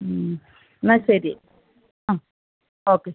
എന്നാൽ ശരി ആ ഓക്കെ